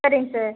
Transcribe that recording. சரிங்க சார்